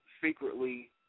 secretly